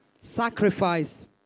Sacrifice